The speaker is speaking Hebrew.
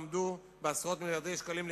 בעשרות מיליארדי שקלים,